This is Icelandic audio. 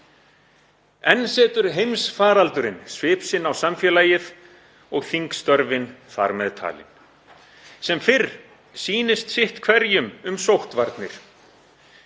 Enn setur heimsfaraldurinn svip sinn á samfélagið og þingstörfin þar með talin. Sem fyrr sýnist sitt hverjum um sóttvarnir.